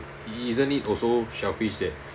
isn't it also selfish that